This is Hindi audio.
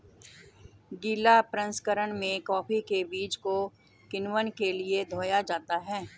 गीला प्रसंकरण में कॉफी के बीज को किण्वन के लिए धोया जाता है